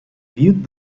viewed